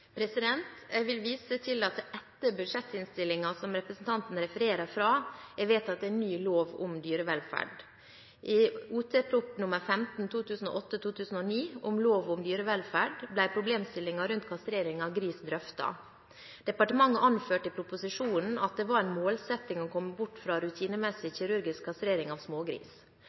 Jeg vil vise til at det etter budsjettinnstillingen som representanten refererer fra, er vedtatt en ny lov om dyrevelferd. I Ot.prp. nr. 15 for 2008–2009, Om lov om dyrevelferd, ble problemstillingen rundt kastrering av gris drøftet. Departementet anførte i proposisjonen at det var en målsetting å komme bort fra rutinemessig kirurgisk kastrering av